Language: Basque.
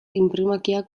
inprimakiak